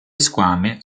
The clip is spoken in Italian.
squame